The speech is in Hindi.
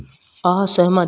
असहमत